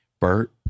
Bert